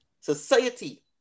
society